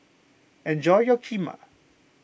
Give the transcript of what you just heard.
enjoy your Kheema